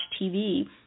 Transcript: TV